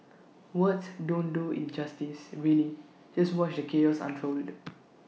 words don't do IT justices really just watch the chaos unfold